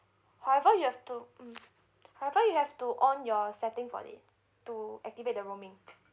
however you have to mm however you have to on your setting for it to activate the roaming